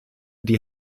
die